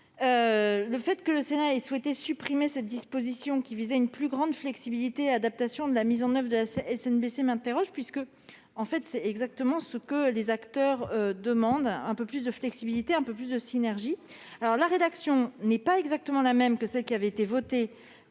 Le fait que le Sénat ait souhaité supprimer cette disposition, qui visait à une plus grande flexibilité et adaptation de la mise en oeuvre de la SNBC m'interroge, puisque c'est exactement ce que les acteurs demandent, à savoir plus de flexibilité et de synergies. La rédaction de cet amendement n'est pas parfaitement identique à ce qui a été voté